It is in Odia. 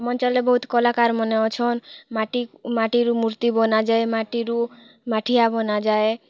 ଆମର୍ ଅଞ୍ଚଲନେଁ ବହୁତ୍ କଲାକାର୍ ମାନେ ଅଛନ୍ ମାଟି ମାଟିରୁ ମୂର୍ତ୍ତି ବନାଯାଏ ମାଟିରୁ ମାଠିଆ ବନାଯାଏ